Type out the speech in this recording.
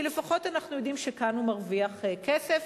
כי לפחות אנחנו יודעים שכאן הוא מרוויח כסף